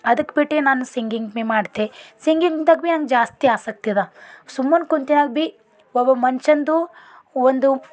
ಅದಕ್ಕೆ ಬಿಟ್ಟು ನಾನು ಸಿಂಗಿಂಗ್ ಭಿ ಮಾಡ್ತೆ ಸಿಂಗಿಂಗ್ದಾಗ ಭಿ ನನ್ಗೆ ಜಾಸ್ತಿ ಆಸಕ್ತಿ ಅದು ಸುಮ್ಮನೆ ಕುಂತ್ಯಾಗ ಭಿ ಒಬ್ಬ ಮನುಷ್ಯನ್ದು ಒಂದು